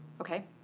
Okay